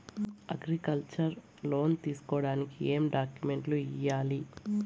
Agriculture loan తీసుకోడానికి ఏం డాక్యుమెంట్లు ఇయ్యాలి?